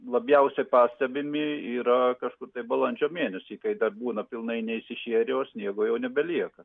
labiausiai pastebimi yra kažkur tai balandžio mėn kai dar būna pilnai neišsišėrę o sniego jau nebelieka